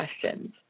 questions